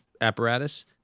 apparatus